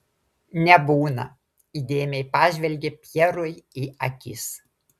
nebūna įdėmiai pažvelgei pjerui į akis